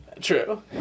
True